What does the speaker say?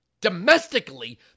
domestically